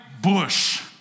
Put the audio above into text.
bush